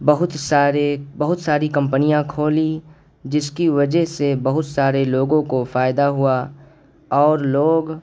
بہت سارے بہت ساری کمپنیاں کھولیں جس کی وجہ سے بہت سارے لوگوں کو فائدہ ہوا اور لوگ